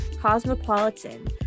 Cosmopolitan